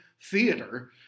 theater